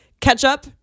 Ketchup